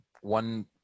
one